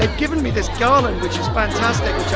ah given me this garland which is fantastic,